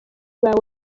bawe